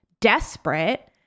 desperate